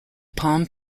palm